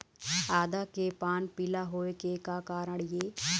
आदा के पान पिला होय के का कारण ये?